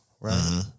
Right